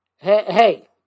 Hey